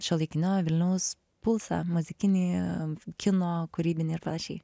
šiuolaikinio vilniaus pulsą muzikinį kino kūrybinį ir panašiai